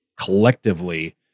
collectively